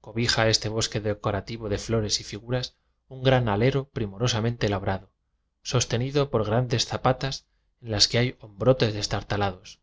cobija este bosque decorativo de flores y figuras un gran alero primorosamente la brado sostenido por grandes zapatas en las que hay hombrotes destartalados